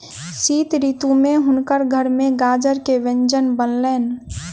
शीत ऋतू में हुनकर घर में गाजर के व्यंजन बनलैन